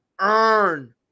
earn